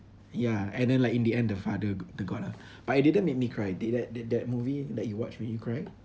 ya and then like in the end the father the got her but it didn't make me cry did that did that movie like you watch made you cry